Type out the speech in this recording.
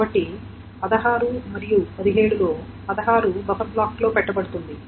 కాబట్టి 16 మరియు 17 లో 16 బఫర్ బ్లాక్లో పెట్టబడుతుంది